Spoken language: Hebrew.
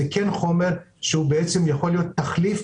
זה כן חומר שיכול להיות תחליף